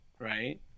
right